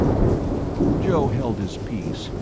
joe held his peace,